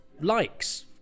likes